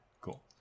Cool